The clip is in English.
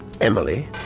Emily